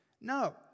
no